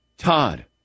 Todd